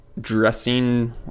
dressing